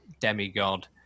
demigod